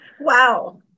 Wow